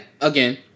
again